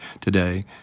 today